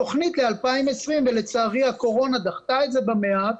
בתכנית ל-2020, ולצערי הקורונה דחתה את זה במעט,